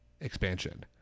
expansion